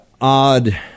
odd